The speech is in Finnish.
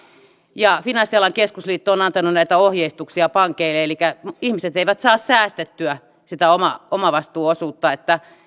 finanssialan keskusliitto on antanut näitä ohjeistuksia pankeille elikkä ihmiset eivät saa säästettyä sitä omavastuuosuutta